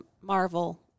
Marvel